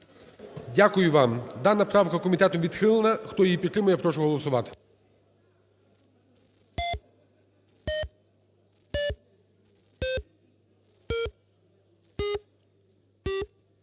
Дякую вам. Дана правка комітетом відхилена, хто її підтримує, прошу голосувати.